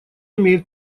имеет